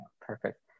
Perfect